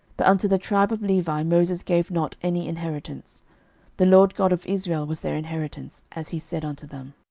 but unto the tribe of levi moses gave not any inheritance the lord god of israel was their inheritance, as he said unto them.